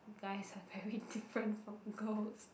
guys are very different from girls